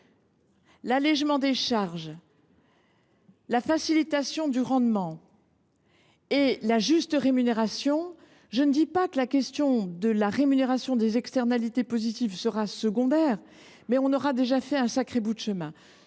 l’allégement des charges, la hausse des rendements et la juste rémunération –, je ne dis pas que la question de la valorisation des externalités positives sera secondaire, mais nous aurons déjà parcouru un sacré bout de chemin.